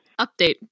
Update